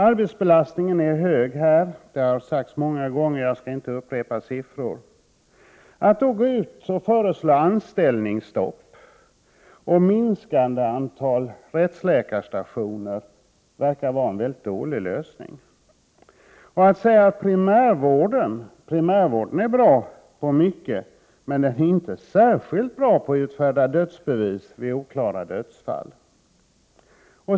Arbetsbelastningen är hög, vilket har sagts många gånger — jag skall inte upprepa några siffror. Det förefaller vara en väldigt dålig lösning att i den situationen föreslå anställningsstopp och en minskning av antalet rättsläkarstationer. Primärvården är bra i många avseenden, men den är inte särskilt bra på att utfärda dödsbevis vid oklara dödsfall.